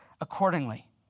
accordingly